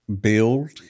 build